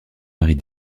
marie